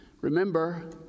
Remember